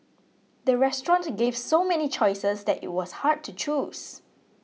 the restaurant gave so many choices that it was hard to choose